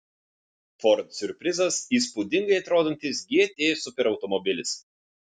ford siurprizas įspūdingai atrodantis gt superautomobilis